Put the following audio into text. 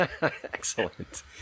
Excellent